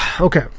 okay